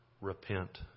Repent